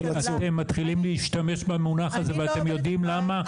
הם מתחילים להשתמש במונח הזה ואתם יודעים למה?